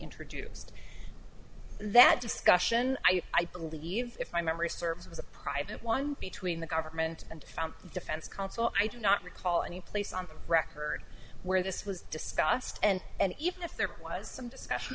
introduced that discussion i believe if my memory serves was a private one between the government and found defense counsel i do not recall any place on the record where this was discussed and and even if there was some discussion